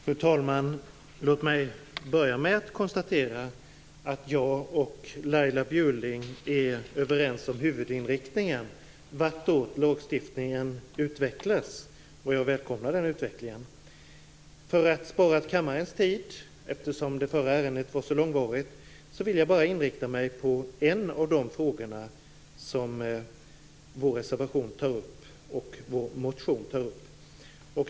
Fru talman! Låt mig börja med att konstatera att jag och Laila Bjurling är överens om huvudinriktningen vartåt lagstiftningen utvecklas, och jag välkomnar den utvecklingen. För att spara kammarens tid, eftersom behandlingen av det föregående ärendet var så långvarigt, vill jag inrikta mig på en av de frågor som vår reservation och vår motion tar upp.